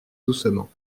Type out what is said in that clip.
doucement